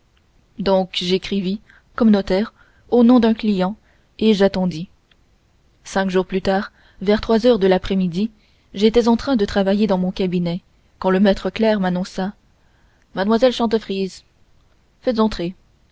donc j'écrivis comme notaire au nom d'un client et j'attendis cinq jours plus tard vers trois heures de l'après-midi j'étais en train de travailler dans mon cabinet quand le maître clerc m'annonça mlle chantefrise faites entrer